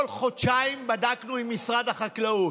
כל חודשיים בדקנו עם משרד החקלאות: